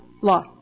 law